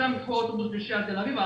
ומשם ייקחו אוטובוס לתל אביב, מה